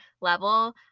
level